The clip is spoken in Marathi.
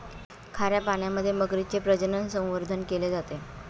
खाऱ्या पाण्यात मगरीचे प्रजनन, संवर्धन केले जाते